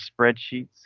spreadsheets